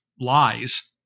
lies